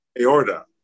aorta